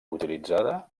utilitzada